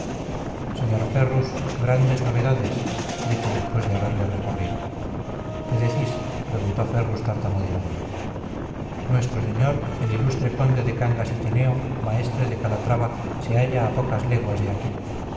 señor ferrus grandes novedades dijo después de haberle recorrido qué decís preguntó ferrus tartamudeando nuestro señor el ilustre conde de cangas y tineo maestre de calatrava se halla a pocas leguas de aquí